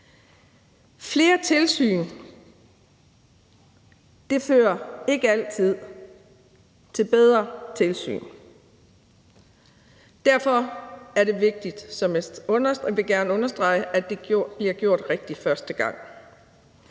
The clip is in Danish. Flere tilsyn fører ikke altid til bedre tilsyn. Derfor er det vigtigt, og det vil jeg gerne understrege,